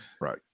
Right